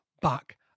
back